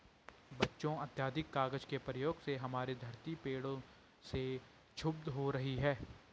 बच्चों अत्याधिक कागज के प्रयोग से हमारी धरती पेड़ों से क्षुब्ध हो रही है